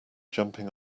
jumping